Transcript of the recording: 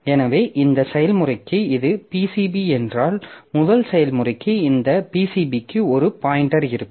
எனவே இந்த செயல்முறைக்கு இது PCB என்றால் முதல் செயல்முறைக்கு இந்த PCBக்கு ஒரு பாய்ன்டெர் இருக்கும்